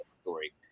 story